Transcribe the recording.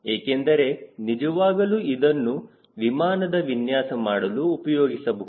ಏಕೆಂದರೆ ನಿಜವಾಗಲೂ ಇದನ್ನು ವಿಮಾನದ ವಿನ್ಯಾಸ ಮಾಡಲು ಉಪಯೋಗಿಸಬಹುದು